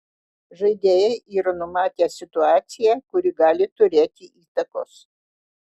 žaidėjai yra numatę situaciją kuri gali turėti įtakos